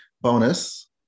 bonus